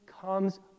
comes